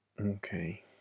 Okay